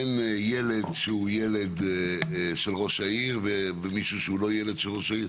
אין ילד שהוא ילד של ראש העיר ואחר שהוא לא ילד של ראש העיר,